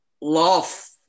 love